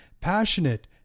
passionate